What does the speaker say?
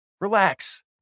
Relax